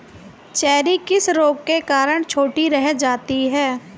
Cherry किस रोग के कारण छोटी रह जाती है?